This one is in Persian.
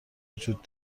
وجود